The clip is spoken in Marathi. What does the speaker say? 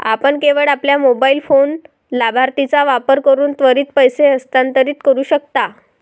आपण केवळ आपल्या मोबाइल फोन लाभार्थीचा वापर करून त्वरित पैसे हस्तांतरित करू शकता